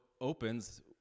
opens